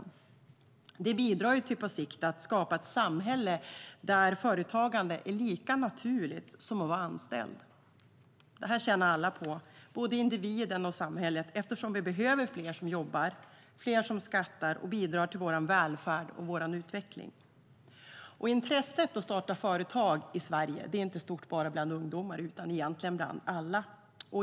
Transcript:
På sikt bidrar det till att skapa ett samhälle där företagande är lika naturligt som att vara anställd. Detta tjänar alla på, både individen och samhället, eftersom det behövs fler som jobbar, fler som betalar skatt och bidrar till vår välfärd och vår utveckling. Intresset för att starta företag i Sverige är inte stort enbart bland ungdomar, utan det är stort bland alla.